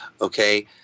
Okay